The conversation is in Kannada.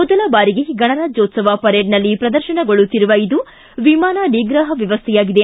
ಮೊದಲ ಬಾರಿಗೆ ಗಣರಾಜ್ಣೋತ್ಸವ ಪರೇಡ್ನಲ್ಲಿ ಪ್ರದರ್ತನಗೊಳ್ಳುತ್ತಿರುವ ಇದು ವಿಮಾನ ನಿಗ್ರಹ ವ್ಯವಸ್ಥೆಯಾಗಿದೆ